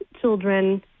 children